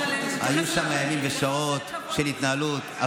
שהולכים במרכז הדמוקרטיה,